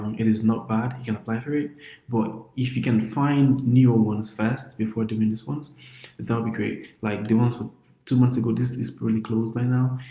um it is not bad you can apply for it but if you can find newer ones first before doing this once that'll be great like the ones two months ago this is probably closed by now.